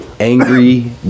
Angry